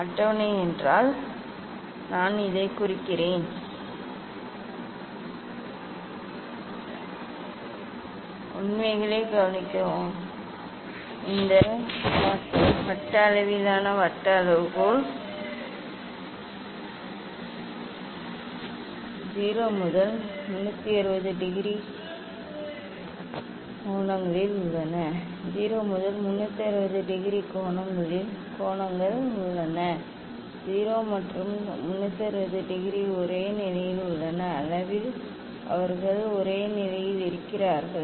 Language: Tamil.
அட்டவணை என்றால் நான் இதைக் குறிக்கிறேன் ஆனால் இதை நான் திறந்தால் அளவிலான உண்மைகளை கவனிக்கவும் இந்த வட்ட அளவிலான வட்ட அளவுகோல் 0 முதல் 360 டிகிரி கோணங்களில் உள்ளன 0 முதல் 360 டிகிரி கோணங்கள் உள்ளன 0 மற்றும் 360 டிகிரி ஒரே நிலையில் உள்ளன அளவில் அவர்கள் ஒரே நிலையில் இருக்கிறார்கள்